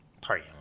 Party